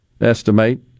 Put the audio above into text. estimate